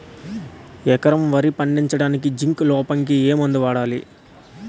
ఎకరం వరి పండించటానికి జింక్ లోపంకి ఏ మందు వాడాలి?